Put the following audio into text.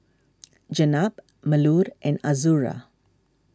Jenab Melur and Azura